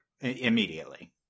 immediately